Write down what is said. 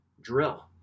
drill